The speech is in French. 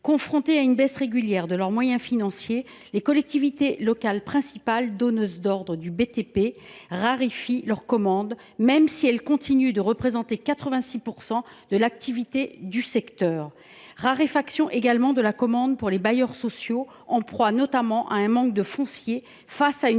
Confrontées à une baisse régulière de leurs moyens financiers, les collectivités locales, principales donneuses d’ordre du BTP, raréfient leurs commandes, même si elles continuent de représenter 86 % de l’activité du secteur. On observe également une raréfaction de la commande des bailleurs sociaux, en proie, notamment, à un manque de foncier, alors